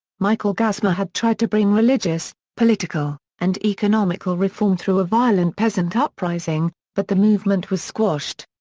michael gasmair had tried to bring religious, political, and economical reform through a violent peasant uprising, but the movement was squashed.